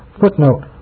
footnote